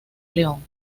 león